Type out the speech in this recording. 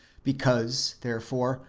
because, therefore,